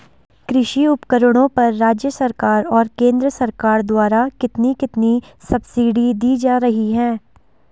कृषि उपकरणों पर राज्य सरकार और केंद्र सरकार द्वारा कितनी कितनी सब्सिडी दी जा रही है?